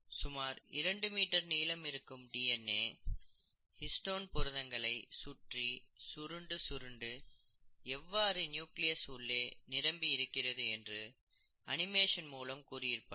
சுமார் 2 மீட்டர் நீளம் இருக்கும் டிஎன்ஏ ஹிஸ்டோன் புரதங்களை சுற்றி சுருண்டு சுருண்டு எவ்வாறு நியூக்ளியஸ் உள்ளே நிரம்பி இருக்கிறது என்று அனிமேஷன் மூலம் கூறியிருப்பார்கள்